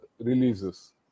releases